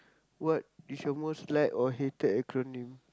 what is your most liked or hated acronym